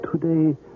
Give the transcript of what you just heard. Today